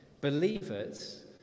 Believers